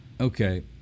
Okay